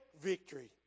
victory